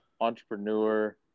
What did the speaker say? entrepreneur